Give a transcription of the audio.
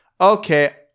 Okay